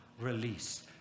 release